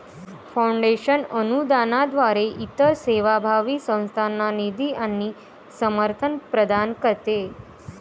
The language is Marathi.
फाउंडेशन अनुदानाद्वारे इतर सेवाभावी संस्थांना निधी आणि समर्थन प्रदान करते